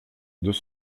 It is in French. deux